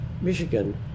Michigan